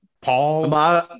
paul